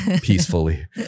Peacefully